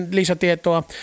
lisätietoa